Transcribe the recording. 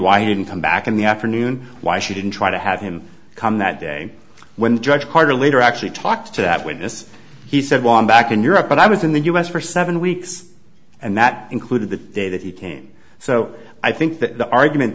why he didn't come back in the afternoon why she didn't try to have him come that day when judge carter later actually talked to that witness he said well i'm back in europe but i was in the u s for seven weeks and that included the day that he came so i think that the argument